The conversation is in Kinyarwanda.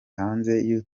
hanze